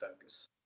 focus